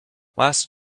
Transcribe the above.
last